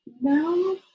No